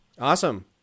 Awesome